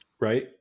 right